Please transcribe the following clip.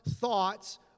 thoughts